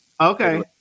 Okay